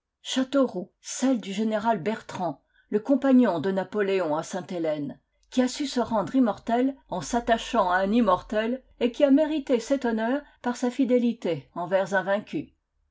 châteauroux celle du général bertrand le compagnon de napoléon à sainte-hélène qui a su se rendre immortel en s'attachant à un immortel et qui a mérité cet honneur par sa fidélité envers